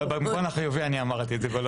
במובן החיובי אני אמרתי את זה.